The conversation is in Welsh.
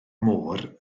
môr